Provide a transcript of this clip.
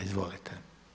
Izvolite.